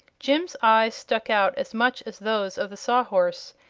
jim's eyes stuck out as much as those of the sawhorse,